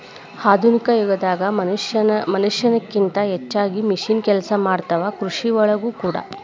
ಆಧುನಿಕ ಯುಗದಾಗ ಮನಷ್ಯಾನ ಕಿಂತ ಹೆಚಗಿ ಮಿಷನ್ ಕೆಲಸಾ ಮಾಡತಾವ ಕೃಷಿ ಒಳಗೂ ಕೂಡಾ